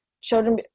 children